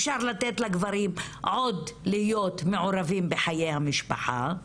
אפשר לתת לגברים להיות מעורבים בחיי המשפחה,